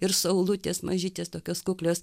ir saulutės mažytės tokios kuklios